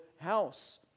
house